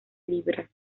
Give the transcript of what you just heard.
libras